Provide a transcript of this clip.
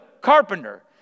carpenter